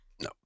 No